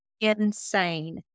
insane